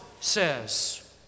says